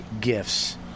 gifts